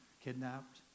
kidnapped